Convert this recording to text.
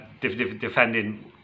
defending